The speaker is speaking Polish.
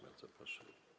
Bardzo proszę.